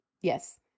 Yes